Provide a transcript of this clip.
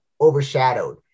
overshadowed